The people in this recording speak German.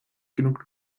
genug